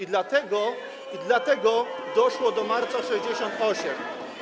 I dlatego doszło do Marca ’68.